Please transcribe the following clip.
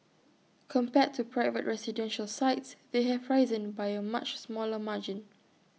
compared to private residential sites they have risen by A much smaller margin